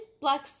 Black